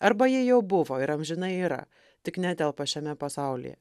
arba jie jau buvo ir amžinai yra tik netelpa šiame pasaulyje